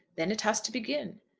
then it has to begin.